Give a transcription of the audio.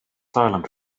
silent